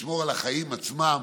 לשמור על החיים עצמם,